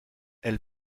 elle